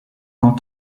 quand